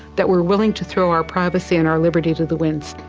that we're willing to throw our privacy and our liberty to the winds.